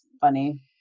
funny